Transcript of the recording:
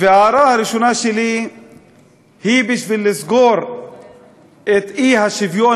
וההערה הראשונה שלי היא שבשביל לסגור את האי-שוויון